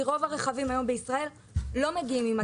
כי רוב הרכבים היום בישראל לא מגיעים עם התקנה מקורית.